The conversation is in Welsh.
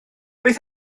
beth